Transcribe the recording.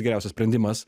geriausias sprendimas